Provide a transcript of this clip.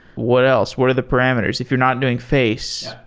what else? what are the parameters if you're not doing face?